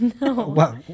No